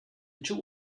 two